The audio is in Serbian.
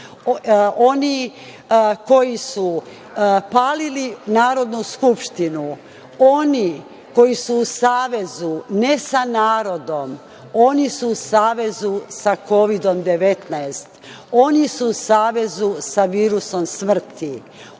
oni koji su palili Narodnu skupštinu, oni koji su u savezu, ne sa narodom, oni su u savezu sa Kovidom 19, oni su u savezu sa virusom smrti,